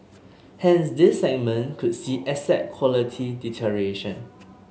hence this segment could see asset quality deterioration